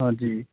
ਹਾਂਜੀ